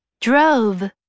drove